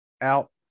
out